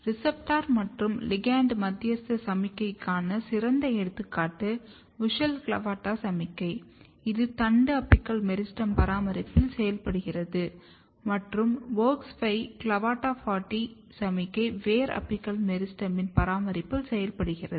receptor மற்றும் ligand மத்தியஸ்த சமிக்ஞைக்கான சிறந்த எடுத்துக்காட்டு WUSCHEL CLAVATA சமிக்ஞை இது தண்டு அபிக்கல் மெரிஸ்டெம் பராமரிப்பில் செயல்படுகிறது மற்றும் WOX5 CLAVATA40 சமிக்ஞை வேர் அபிக்கல் மெரிஸ்டெம் பராமரிப்பில் செயல்படுகிறது